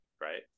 right